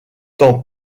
tant